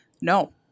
No